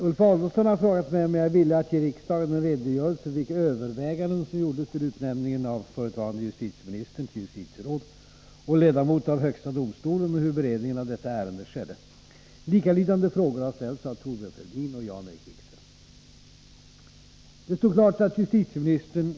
Uppgiften som justitieråd och domare i högsta domstolen är av utomordentligt central betydelse i det svenska samhället. Som högsta rättsvårdande myndighet har högsta domstolen att övervaka att de grundläggande principerna för rättssamhället kan upprätthållas.